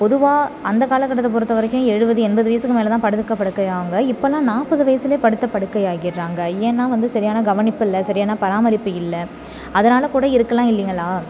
பொதுவாக அந்த காலகட்டத்தை பொறுத்தவரைக்கும் எழுபது எண்பது வயதுக்கு மேலே தான் படுக்க படுக்கையாவாங்க இப்போலாம் நாற்பது வயதுலே படுத்த படுக்கை ஆகிடுறாங்க ஏன்னால் வந்து சரியான கவனிப்பு இல்லை சரியான பராமரிப்பு இல்லை அதனால் கூட இருக்கலாம் இல்லைங்களா